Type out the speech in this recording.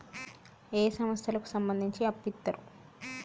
ఏ సంస్థలకు సంబంధించి అప్పు ఇత్తరు?